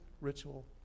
ritual